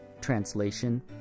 translation